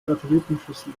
satellitenschüssel